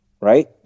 right